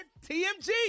TMG